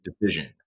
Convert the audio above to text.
decision